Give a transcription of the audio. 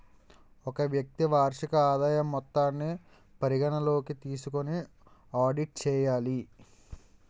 ఒక వ్యక్తి వార్షిక ఆదాయం మొత్తాన్ని పరిగణలోకి తీసుకొని ఆడిట్ చేయాలి